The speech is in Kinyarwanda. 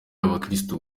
abakirisitu